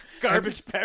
garbage